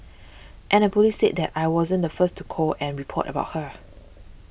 and the police said that I wasn't the first to call and report about her